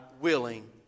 willing